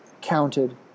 counted